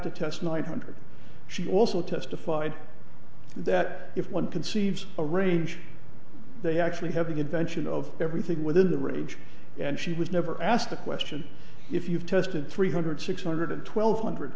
to test nine hundred she also testified that if one conceives a range they actually have a convention of everything within the range and she was never asked the question if you've tested three hundred six hundred twelve hundred